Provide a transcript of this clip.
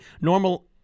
normal